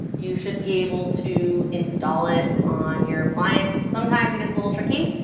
you should be able to install it on your appliance. sometimes it gets a little tricky.